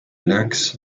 lynx